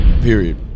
Period